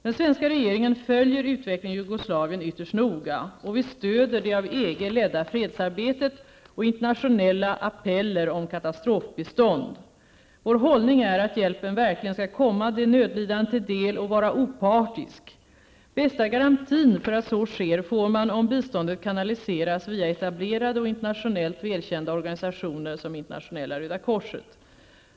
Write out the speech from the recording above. Den svenska regeringen följer utvecklingen i Jugoslavien ytterst noga. Vi stöder det av EG ledda fredsarbetet och internationella appeller om katastrofbistånd. Vår hållning är att hjälpen verkligen skall komma de nödlidande till del och vara opartisk. Bästa garantin för att så sker får man om biståndet kanalisers via etablerade och internationellt välkända organisationer som internationella Röda korset.